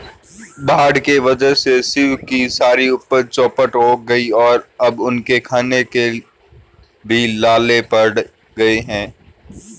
बाढ़ के वजह से शिव की सारी उपज चौपट हो गई और अब उनके खाने के भी लाले पड़ गए हैं